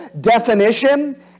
definition